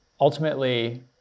ultimately